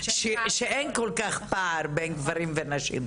שאין כל כך פער בין גברים ונשים.